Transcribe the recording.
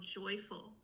joyful